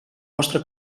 vostre